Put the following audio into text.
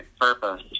purpose